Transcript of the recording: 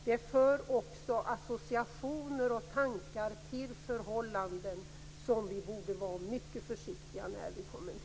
Det för också associationer och tankar till förhållanden som vi borde kommentera mycket försiktigt.